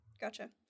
gotcha